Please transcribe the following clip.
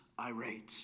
irate